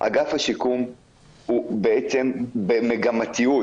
אגף השיקום הוא בעצם במגמתיות